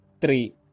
three